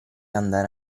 andare